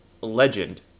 legend